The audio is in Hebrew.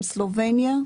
עם סלובניה.